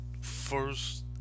first